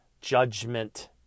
judgment